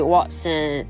Watson